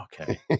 okay